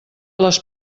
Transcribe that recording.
les